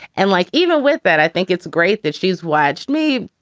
and like even with that, i think it's great that she's watched me,